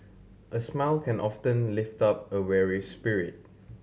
a smile can often lift up a weary spirit